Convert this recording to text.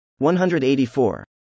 184